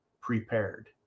prepared